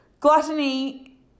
gluttony